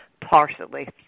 partially